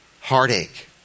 heartache